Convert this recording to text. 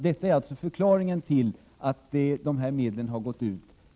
Detta är förklaringen till att dessa medel har gått ut.